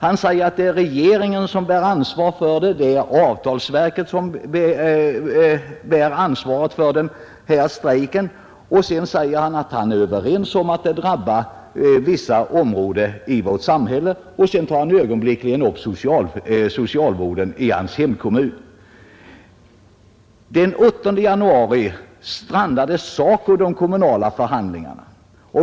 Han säger att det är regeringen och avtalsverket som bär ansvaret för den här strejken. Sedan säger han att han håller med om att den drabbar vissa områden i samhället. Därpå tar han ögonblickligen upp socialvården i sin hemkommun. Den 8 januari strandade SACO de kommunala förhandlingarna.